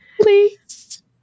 Please